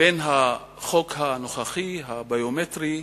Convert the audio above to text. מהחוק הנוכחי, המאגר הביומטרי,